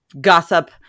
gossip